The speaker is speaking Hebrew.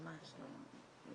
ממש לא --- אפילו.